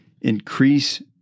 increase